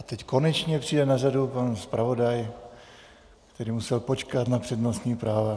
Teď konečně přijde na řadu pan zpravodaj, který musel počkat na přednostní právo.